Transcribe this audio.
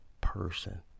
person